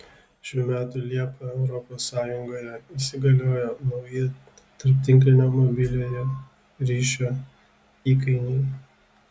šių metų liepą europos sąjungoje įsigaliojo nauji tarptinklinio mobiliojo ryšio įkainiai